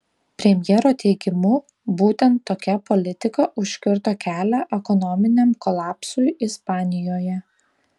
premjero teigimu būtent tokia politika užkirto kelią ekonominiam kolapsui ispanijoje